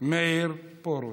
מאיר פרוש.